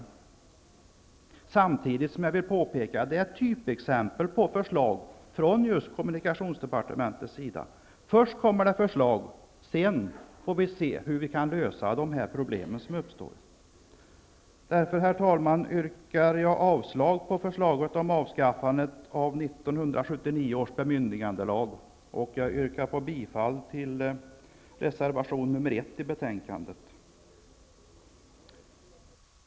Jag vill samtidigt påpeka att detta är ett typexempel på förslag från just kommunikationsdepartementet. Först kommer ett förslag, sedan får vi se hur vi kan lösa de problem som uppstår. Därför, herr talman, yrkar jag avslag på förslaget om avskaffande av 1979 års bemyndigandelag och bifall till reservation 1 till betänkandet.